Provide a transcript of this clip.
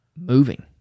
moving